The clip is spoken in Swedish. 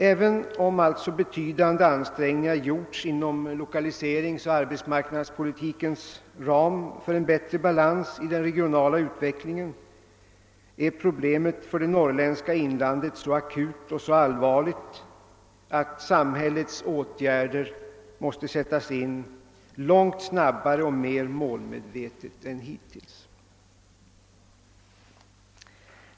Även om alltså betydande ansträngningar gjorts inom lokaliseringsoch arbetsmarknadspolitikens ram för en bättre balans i den regionala utvecklingen, är problemet för det norrländska inlandet så akut och så allvarligt, att samhällets åtgärder måste sättas in långt snabbare och mera målmedvetet än hittills.